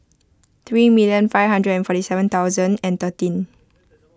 three million five hundred and forty seven thousand and thirteen